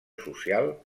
social